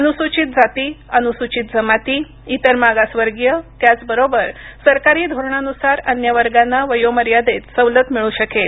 अनुसूचित जाती अनुसूचित जमाती इतर मागासवर्गीय त्याच बरोबर सरकारी धोरणानुसार अन्य वर्गांना वयोमर्यादेत सवलत मिळू शकेल